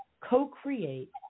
co-create